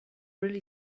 really